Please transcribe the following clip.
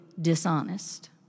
dishonest